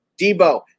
Debo